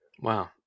Wow